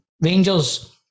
Rangers